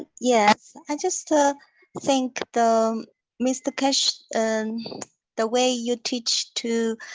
yes, i just ah think the mr. keshe, and the way you teach to.